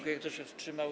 Kto się wstrzymał?